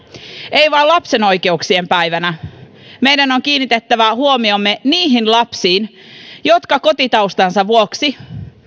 ei vain lapsen oikeuksien päivänä meidän on kiinnitettävä huomiomme niihin lapsiin jotka kotitaustansa vuoksi